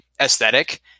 aesthetic